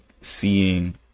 seeing